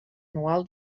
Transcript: anual